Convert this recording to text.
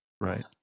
right